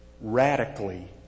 radically